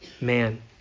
man